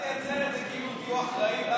אז אל תייצר את זה כאילו תהיו אחראים.